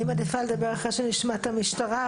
אני מעדיפה לדבר אחרי שנשמע את המשטרה,